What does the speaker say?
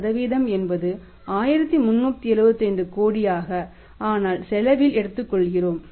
3 என்பது 1375 கோடியாக ஆனால் செலவில் எடுத்துக்கொள்கிறோம்